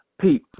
Pete